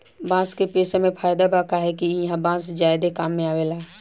बांस के पेसा मे फायदा बा काहे कि ईहा बांस ज्यादे काम मे आवेला